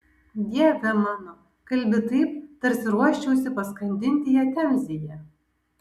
dieve mano kalbi taip tarsi ruoščiausi paskandinti ją temzėje